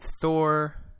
Thor